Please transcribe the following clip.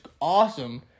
awesome